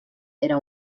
era